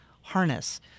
harness